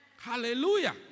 Hallelujah